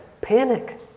panic